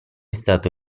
stato